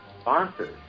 sponsors